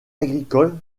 agricole